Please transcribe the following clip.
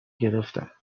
گرفتن